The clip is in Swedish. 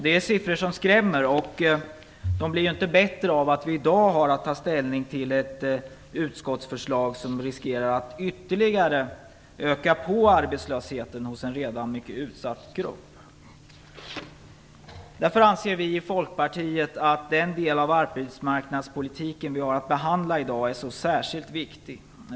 Det är siffror som skrämmer, och de blir inte bättre av att vi i dag har att ta ställning till ett utskottsförslag som riskerar att ytterligare öka arbetslösheten hos en redan mycket utsatt grupp. Därför anser vi i Folkpartiet att den del av arbetsmarknadspolitiken som vi har att behandla i dag är särskilt viktig.